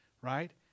Right